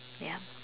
ya